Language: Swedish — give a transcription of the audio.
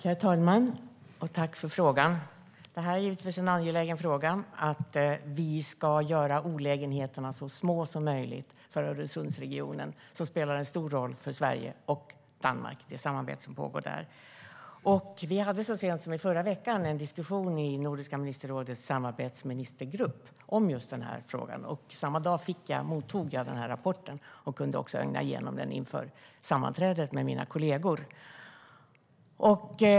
Herr talman! Tack för frågan! Det är givetvis en angelägen fråga att vi ska göra olägenheterna så små som möjligt för Öresundsregionen, som spelar en stor roll för Sverige och Danmark och det samarbete som pågår där. Vi hade så sent som i förra veckan en diskussion i Nordiska ministerrådets samarbetsministergrupp om just den här frågan. Samma dag mottog jag den här rapporten och kunde också ögna igenom den inför sammanträdet med mina kollegor.